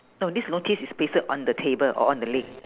no this notice is pasted on the table or on the leg